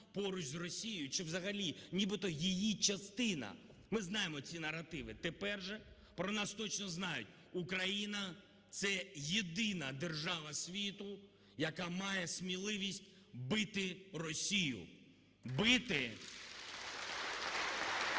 поруч з Росією, чи взагалі нібито її частина. Ми знаємо ці наративи. Тепер же про нас точно знають: Україна – це єдина держава світу, яка має сміливість бити Росію. (Оплески)